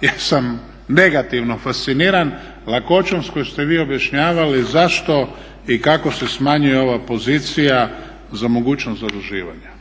ja sam negativno fasciniran lakoćom s kojom ste vi objašnjavali zašto i kako se smanjuje ova pozicija za mogućnost zaduživanja.